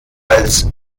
als